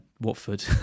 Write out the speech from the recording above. Watford